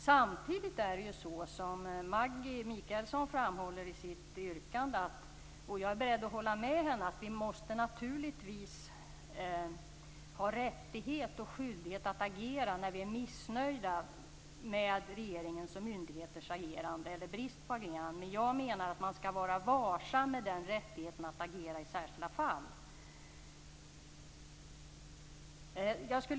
Samtidigt är det så, som Maggi Mikaelsson framhåller i sitt yrkande, att vi naturligtvis måste ha rättighet och skyldighet att agera när vi är missnöjda med regeringens och myndigheters agerande eller brist på agerande. Jag är beredd att hålla med om det, men jag menar att man skall vara varsam med den rättigheten att agera i särskilda fall.